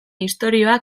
istorioa